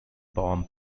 balm